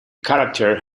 character